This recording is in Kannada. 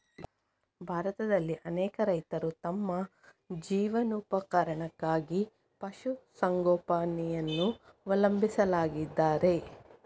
ಭಾರತದಲ್ಲಿ ಅನೇಕ ರೈತರು ತಮ್ಮ ಜೀವನೋಪಾಯಕ್ಕಾಗಿ ಪಶು ಸಂಗೋಪನೆಯನ್ನು ಅವಲಂಬಿಸಿದ್ದಾರೆ